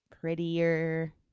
prettier